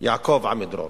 הוא יעקב עמידרור.